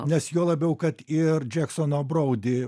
nes juo labiau kad ir džeksono braudi